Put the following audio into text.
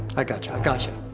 i gotcha, i gotcha.